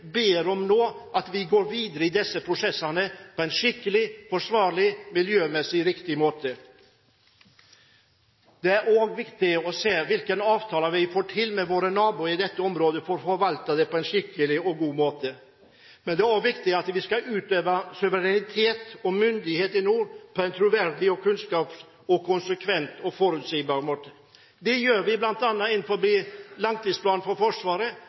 ber om nå, er at vi går videre i disse prosessene på en skikkelig, forsvarlig og miljømessig riktig måte. Det er også viktig å se hvilke avtaler vi får til med våre naboer i dette området for å forvalte det på en skikkelig og god måte. Det er også viktig at vi utøver suverenitet og myndighet i nord på en troverdig, konsekvent og forutsigbar måte. Det gjør vi bl.a. i Langtidsplanen for Forsvaret.